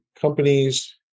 companies